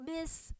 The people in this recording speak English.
miss